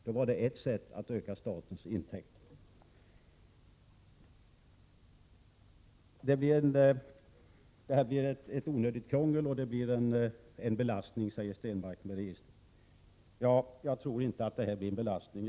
Då var det ett sätt att öka statens intäkter. Registret medför onödigt krångel och blir en belastning, säger Stenmarck. Jag tror inte det blir en belastning.